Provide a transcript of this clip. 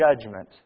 judgment